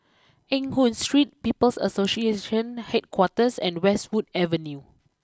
Eng Hoon Street People's Association Headquarters and Westwood Avenue